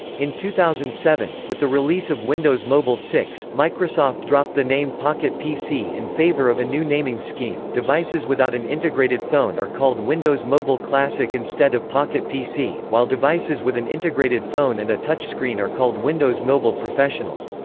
in two thousand and seven, with the release of windows mobile six, microsoft dropped the name pocket pc in favor of a new naming scheme devices without an integrated phone are called windows mobile classic instead of pocket pc, while devices with an integrated phone and a touch screen are called windows mobile professional.